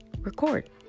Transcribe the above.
Record